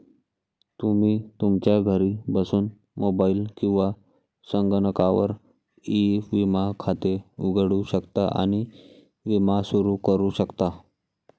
तुम्ही तुमच्या घरी बसून मोबाईल किंवा संगणकावर ई विमा खाते उघडू शकता आणि विमा सुरू करू शकता